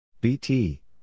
BT